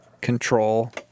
control